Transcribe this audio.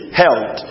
held